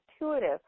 intuitive